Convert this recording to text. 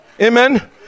Amen